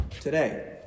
today